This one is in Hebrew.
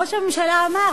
ראש הממשלה אמר,